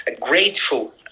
grateful